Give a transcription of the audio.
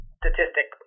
statistic